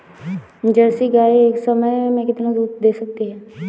Jersey गाय एक समय में कितना दूध दे सकती है?